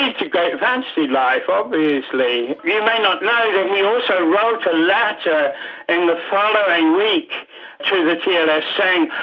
like a great fantasy life obviously. you may not know that he also wrote a letter in the following week to the tls and saying,